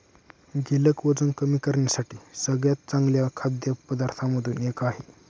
गिलक वजन कमी करण्यासाठी सगळ्यात चांगल्या खाद्य पदार्थांमधून एक आहे